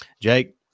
Jake